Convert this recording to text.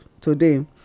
today